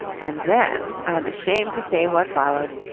and then, i'm ashamed to say what followed.